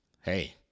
Hey